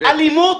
אלימות